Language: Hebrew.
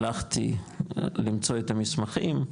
הלכתי למצוא את המסמכים,